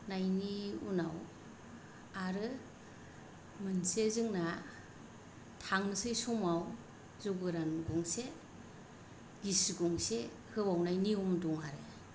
नायनि उनाव आरो मोनसे जोंना थांसै समाव जौ गोरान गंसे गिसि गंसे होबावनाय नियम दं आरो